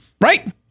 right